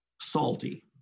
salty